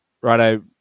Righto